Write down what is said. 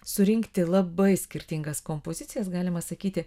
surinkti labai skirtingas kompozicijas galima sakyti